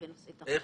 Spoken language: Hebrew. תחרות.